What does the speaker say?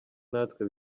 natwe